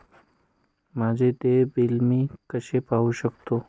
माझे देय बिल मी कसे पाहू शकतो?